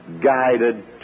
guided